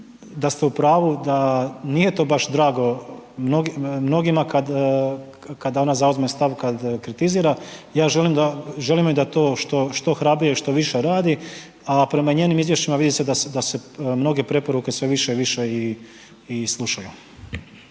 da ste u pravu da nije to baš drago mnogima kada ona zauzme stav, kada kritizira, ja želim da to što hrabrije i što više radi, a prema njenim izvještajima vidi se da se mnoge preporuke sve više i više slušaju.